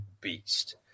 beast